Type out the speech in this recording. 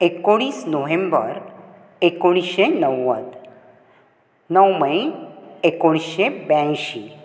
एकूणीस नोव्हेंबर एकूणीश्शे णव्वद णव मे एकूणीश्शे ब्यांयशी